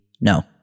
no